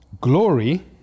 glory